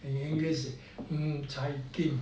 in english ng cai kim